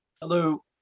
Hello